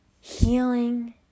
Healing